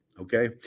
Okay